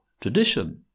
tradition